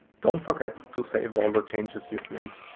don't forget to save all the changes you've made.